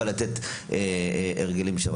אבל לתת הרגלים שם.